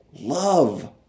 love